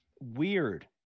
Weird